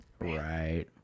right